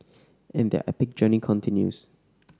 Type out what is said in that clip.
and their epic journey continues